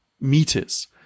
meters